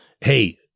hey